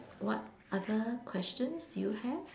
what other questions do you have